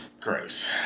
gross